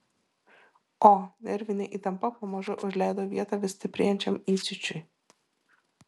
o nervinė įtampa pamažu užleido vietą vis stiprėjančiam įsiūčiui